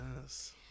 yes